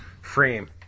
Frame